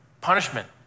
punishment